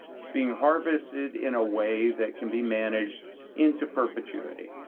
it's being harvested in a way that can be managed into perpetuity.